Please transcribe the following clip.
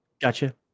Gotcha